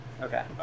Okay